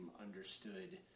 understood